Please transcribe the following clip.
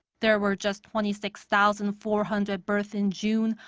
there were just twenty six thousand four hundred births in june,